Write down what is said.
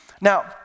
Now